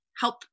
help